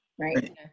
right